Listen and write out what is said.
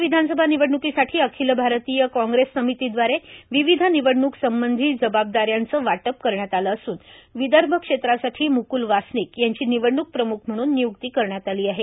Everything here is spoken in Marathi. राज्य विधानसभा निवडण्कीसाठी अखिल भारतीय कांग्रेस समितीदवारे विविध निवडणूक संबंधी जबाबदाऱ्यांचे वाटप करण्यात आले असून विदर्भ क्षेत्रासाठी मुक्ल वासनिक यांची निवडणूक प्रम्ख म्हणून निय्क्ती करण्यात आली आहे